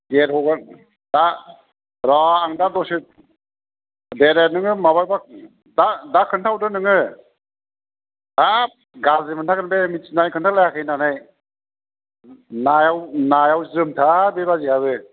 gate हगार बा र' आं दा दसे दे दे नोङो माबाबा दा दा खोन्थाहरदो नोङो हाब गाज्रि मोनथारगोन बे मिथिनानै खोन्थालायाखै होननानै नायाव नायाव जोमथार बे बाजैआबो